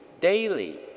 daily